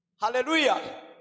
Hallelujah